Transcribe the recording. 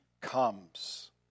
comes